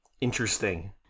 Interesting